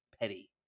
petty